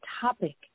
topic